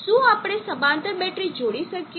શું આપણે સમાંતર બેટરી જોડી શકીએ